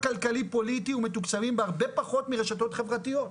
כלכלי פוליטי ומתוקצבים בהרבה פחות מרשתות חברתיות,